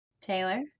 Taylor